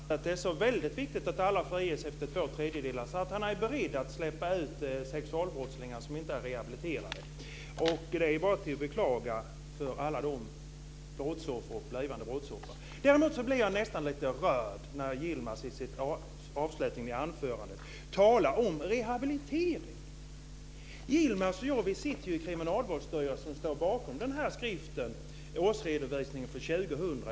Fru talman! Tydligen anser Yilmaz att det är så viktigt att alla friges efter två tredjedelar av tiden att han är beredd att släppa ut sexualbrottslingar som inte är rehabiliterade. Det är bara att beklaga alla brottsoffer och blivande brottsoffer. Jag blir nästan lite rörd när Yilmaz i avslutningen av sitt anförande talar om rehabilitering. Yilmaz och jag sitter i Kriminalvårdsstyrelsen, som står bakom skriften Årsredovisning för 2000.